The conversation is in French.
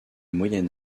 moyen